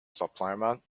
supplement